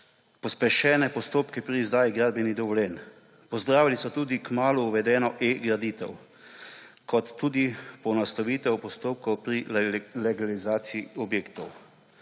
pospešene postopke pri izdaji gradbenih dovoljenj. Pozdravili so tudi kmalu uvedeno eGraditev ter tudi poenostavitev postopkov pri legalizaciji objektov.